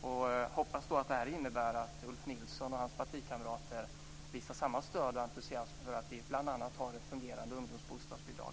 Jag hoppas att det innebär att Ulf Nilsson och hans partikamrater visar samma stöd och entusiasm för att vi bl.a. har ett fungerande ungdomsbostadsbidrag.